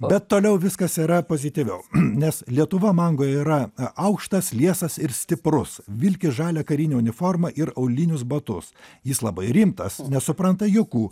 bet toliau viskas yra pozityviau nes lietuva mangoje yra aukštas liesas ir stiprus vilki žalią karinę uniformą ir aulinius batus jis labai rimtas nesupranta juokų